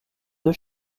deux